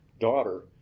daughter